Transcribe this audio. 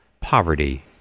poverty